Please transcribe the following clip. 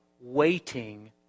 waiting